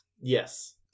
Yes